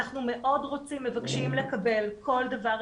אנחנו מאוד רוצים, מבקשים לקבל כל דבר אפשרי.